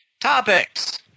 Topics